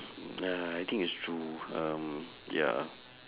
ya I think it's true um ya